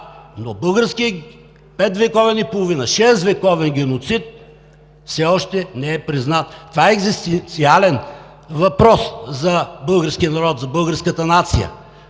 но българският петвековен и половина-шествековен геноцид все още не е признат. Това е екзистенциален въпрос за българския народ, за българската нация.